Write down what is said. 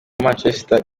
manchester